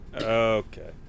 Okay